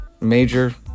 major